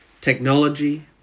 Technology